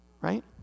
right